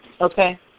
okay